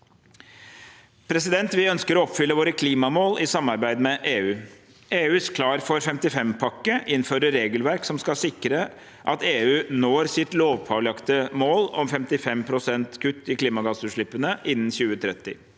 og miljø. Vi ønsker å oppfylle våre klimamål i samarbeid med EU. EUs Klar for 55-pakke innfører regelverk som skal sikre at EU når sitt lovpålagte mål om 55 pst. kutt i klimagassutslippene innen 2030.